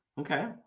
Okay